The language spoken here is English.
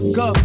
go